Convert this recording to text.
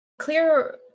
clear